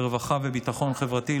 לרווחה וביטחון חברתי,